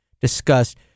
discussed